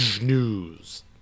news